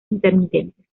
intermitentes